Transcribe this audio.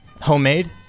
Homemade